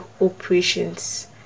operations